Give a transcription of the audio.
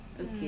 Okay